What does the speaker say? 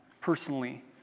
personally